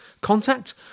contact